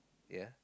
ya